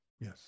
Yes